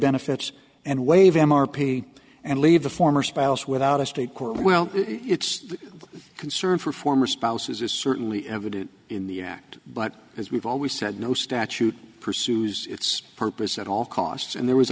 benefits and waive m r p and leave the former spouse without a state court well it's the concern for former spouses is certainly evident in the act but as we've always said no statute pursues its purpose at all costs and there was